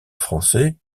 français